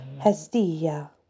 Hestia